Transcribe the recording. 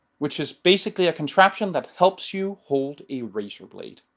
which is basically a contraption that helps you hold a razor blade,